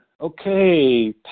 okay